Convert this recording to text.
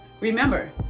Remember